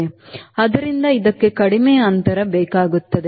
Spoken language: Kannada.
ಆದ್ದರಿಂದ ಇದಕ್ಕೆ ಕಡಿಮೆ ಅಂತರ ಬೇಕಾಗುತ್ತದೆ